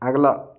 अगला